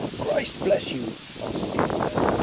christ bless you answered the old man.